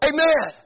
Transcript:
Amen